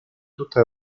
tutta